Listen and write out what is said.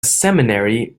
seminary